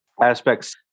aspects